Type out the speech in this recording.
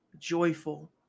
joyful